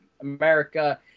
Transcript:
America